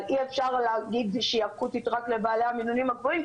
אי-אפשר להגיד שהיא אקוטית רק לבעלי המינונים הגבוהים,